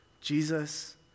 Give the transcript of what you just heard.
Jesus